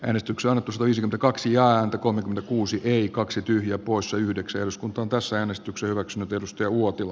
äänestyksellä olisi kaksi ääntä kolme kuusi keikaksi tyhjää poissa yhdeksän eduskunta on kansanäänestyksen lax perusti uotila